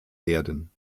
werden